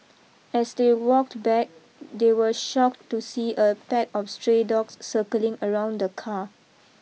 as they walked back they were shocked to see a pack of stray dogs circling around the car